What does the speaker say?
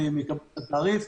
והן יקבלו את התעריף.